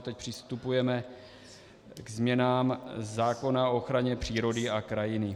Teď přistupujeme k změnám zákona o ochraně přírody a krajiny.